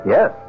Yes